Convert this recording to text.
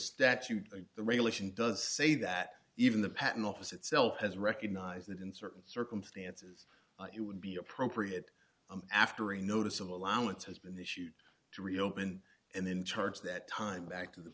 statute the regulation does say that even the patent office itself has recognized that in certain circumstances it would be appropriate after a notice of allowance has been issued to reopen and then charge that time back to the